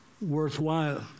worthwhile